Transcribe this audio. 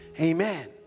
amen